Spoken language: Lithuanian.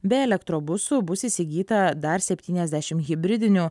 be elektrobusų bus įsigyta dar septyniasdešim hibridinių